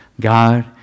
God